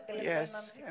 Yes